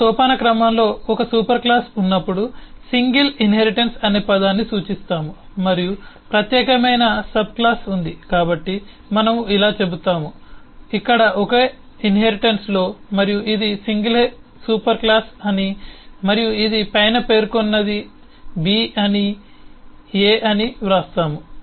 ఒక సోపానక్రమంలో ఒక సూపర్ క్లాస్ ఉన్నప్పుడు సింగిల్ ఇన్హెరిటెన్స్ అనే పదాన్ని సూచిస్తాము మరియు ప్రత్యేకమైన సబ్ క్లాస్ ఉంది కాబట్టి మనము ఇలా చెబుతాము 1741 నుండి 1947 వరకు వీడియో లేదా ఆడియో లేదు ఇక్కడ ఒకే ఇన్హెరిటెన్స్లో మనము ఇది సింగిల్ సూపర్ క్లాస్ అని మరియు ఇది పైన పేర్కొన్నది B అని A అని వ్రాస్తాము